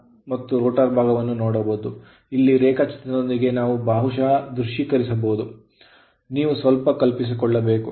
ನಾವು stator ಭಾಗ rotor ಭಾಗವನ್ನು ನೋಡಬಹುದು ಇಲ್ಲಿ ರೇಖಾಚಿತ್ರದೊಂದಿಗೆ ನಾವು ಬಹುಶಃ ದೃಶ್ಯೀಕರಿಸಬಹುದು ನೀವು ಸ್ವಲ್ಪ ಕಲ್ಪಿಸಿಕೊಳ್ಳಬೇಕು